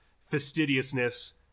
fastidiousness